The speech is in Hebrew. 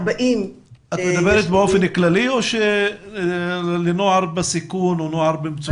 את מדברת באופן כללי או על נוער בסיכון או נוער במצוקה?